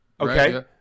Okay